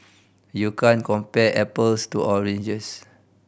you can't compare apples to oranges